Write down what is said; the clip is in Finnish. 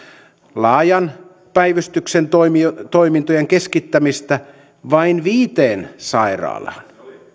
laajan päivystyksen toimintojen keskittämistä vain viiteen sairaalan